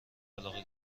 علاقه